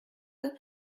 est